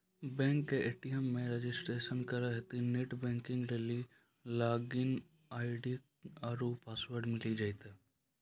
बैंको के ए.टी.एम मे रजिस्ट्रेशन करितेंह नेट बैंकिग लेली लागिन आई.डी आरु पासवर्ड मिली जैतै